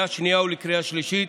לקריאה שנייה ולקריאה שלישית.